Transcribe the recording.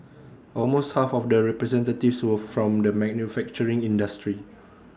almost half of the representatives were from the manufacturing industry